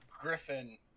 Griffin